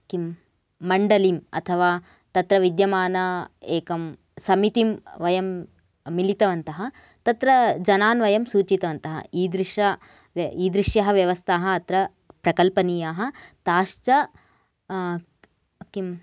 किं मण्डलिम् अथवा तत्र विद्यमाना एकं समितिं वयं मिलितवन्तः तत्र जनान् वयं सूचितवन्तः ईदृश ईदृश्यः व्यवस्थाः अत्र प्रकल्पनीयाः ताश्च किं